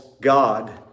God